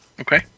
Okay